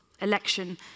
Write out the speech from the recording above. election